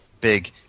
big